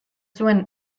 zuen